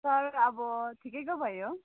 sir अब ठिकैको भयो